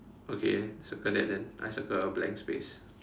okay circle that then I circle blank space